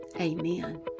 amen